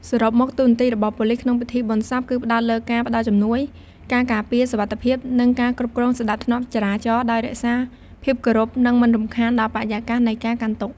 សរុបមក តួនាទីរបស់ប៉ូលីសក្នុងពិធីបុណ្យសព គឺផ្តោតលើការផ្តល់ជំនួយ ការការពារសុវត្ថិភាព និងការគ្រប់គ្រងសណ្តាប់ធ្នាប់ចរាចរណ៍ ដោយរក្សាភាពគោរព និងមិនរំខានដល់បរិយាកាសនៃការកាន់ទុក្ខ។